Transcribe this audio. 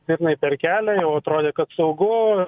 stirnai per kelią jau atrodė kad saugu